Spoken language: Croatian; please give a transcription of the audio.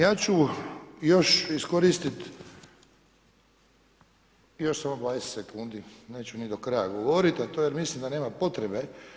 Ja ću još iskoristit još samo 20 sekundi, neću ni do kraja govorit zato jer mislim da nema potrebe.